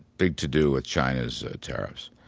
big to do with china's tariffs.